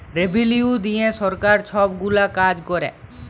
revenue দিঁয়ে সরকার ছব গুলা কাজ ক্যরে